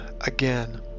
again